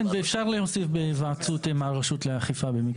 כן ואפשר להוסיף בהיוועצות עם רשות האכיפה.